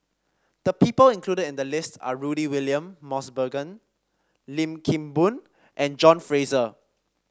the people included in the list are Rudy William Mosbergen Lim Kim Boon and John Fraser